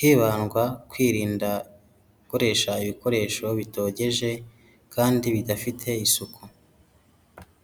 hibandwa kwirinda gukoresha ibikoresho bitogeje kandi bidafite isuku.